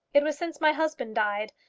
it was since my husband died.